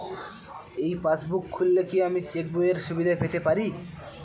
এই পাসবুক খুললে কি আমি চেকবইয়ের সুবিধা পেতে পারি?